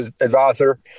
advisor